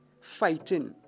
Fighting